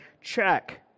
check